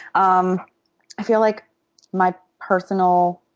um i feel like my personal,